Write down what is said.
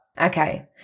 okay